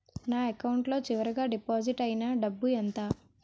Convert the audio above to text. నా అకౌంట్ లో చివరిగా డిపాజిట్ ఐనా డబ్బు ఎంత?